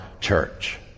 church